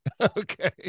Okay